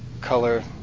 color